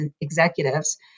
executives